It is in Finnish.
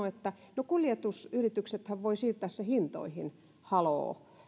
että no kuljetusyrityksethän voivat siirtää sen hintoihin haloo